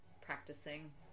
practicing